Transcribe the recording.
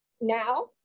Now